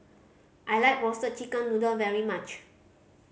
I like Roasted Chicken Noodle very much